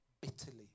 bitterly